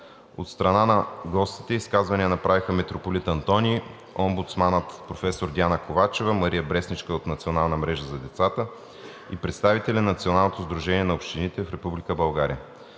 От страна на гостите изказвания направиха митрополит Антоний, омбудсманът професор Диана Ковачева, Мария Брестничка от Националната мрежа за децата и представители на Националното сдружение на общините в Република България.